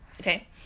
okay